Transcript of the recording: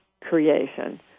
creation